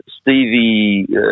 Stevie